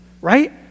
Right